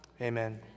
Amen